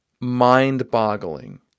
mind-boggling